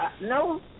no